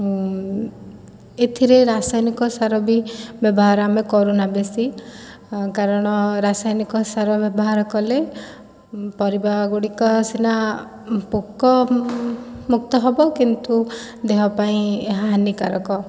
ମୁଁ ଏଥିରେ ରାସାୟନିକ ସାର ବି ବ୍ୟବହାର ଆମେ କରୁନା ବେଶୀ କାରଣ ରାସାୟନିକ ସାର ବ୍ୟବହାର କଲେ ପରିବାଗୁଡ଼ିକ ସିନା ପୋକ ମୁକ୍ତ ହେବ କିନ୍ତୁ ଦେହ ପାଇଁ ହାନିକାରକ